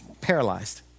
paralyzed